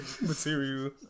material